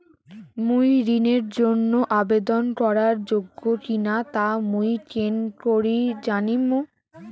মুই ঋণের জন্য আবেদন করার যোগ্য কিনা তা মুই কেঙকরি জানিম?